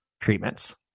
treatments